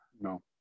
No